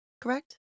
correct